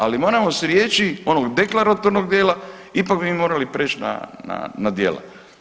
Ali moramo s riječi onog deklaratornog dijela ipak bi mi morali prijeći na djela.